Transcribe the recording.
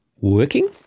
working